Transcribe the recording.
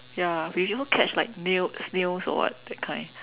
ya we also catch like nails snails or what that kind